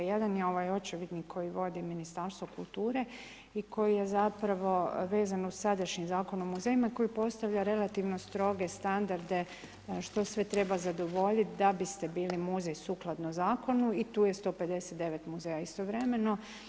Jedan je ovaj očevidni koji vodi Ministarstvo kulture i koji je zapravo vezan uz sadašnji Zakon o muzejima koji postavlja relativno stroge standarde što sve treba zadovoljiti da biste bili muzej sukladno zakonu i tu je 159 muzeja istovremeno.